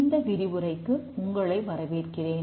இந்த விரிவுரைக்கு உங்களை வரவேற்கிறேன்